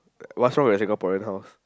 what's wrong with Singaporean house